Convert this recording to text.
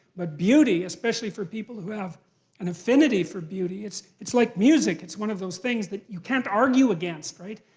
but beauty, especially for people who have an affinity for beauty, it's it's like music. it's one of those things that we can't argue against, right?